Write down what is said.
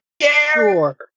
sure